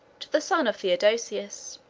to the son of theodosius.